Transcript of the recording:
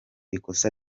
ikosa